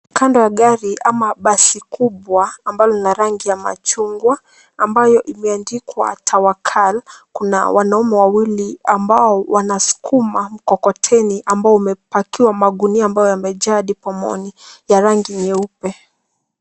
Kando ya gari ama basi kubwa ambalo lina rangi ya machungwa ambayo imeandikwa Tawakal, kuna wanaume wawili ambao wanasukuma mkokoteni ambao umepakiwa magunia ambayo yamejaa hadi pomoni ya rangi nyeupe.